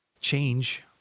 change